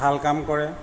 ভাল কাম কৰে